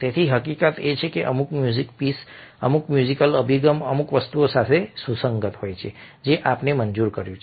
તેથી હકીકત એ છે કે અમુક મ્યુઝિક પીસ અમુક મ્યુઝિકલ અભિગમ અમુક વસ્તુઓ સાથે સુસંગત હોય છે જે આપણે મંજૂર કર્યું છે